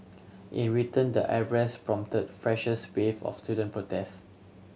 in return the arrest prompt fresh wave of student protest